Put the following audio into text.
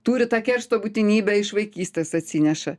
turi tą keršto būtinybę iš vaikystės atsineša